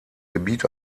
gebiet